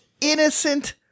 innocent